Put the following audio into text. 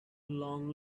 long